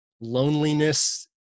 loneliness